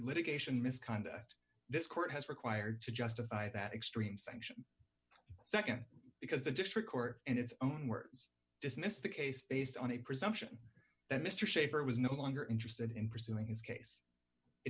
litigation misconduct this court has required to justify that extreme sanction nd because the district court and its own words dismissed the case based on a presumption that mr shafer was no longer interested in pursuing his case it